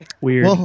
Weird